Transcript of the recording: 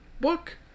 book